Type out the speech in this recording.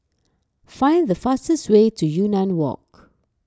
find the fastest way to Yunnan Walk